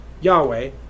Yahweh